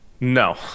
No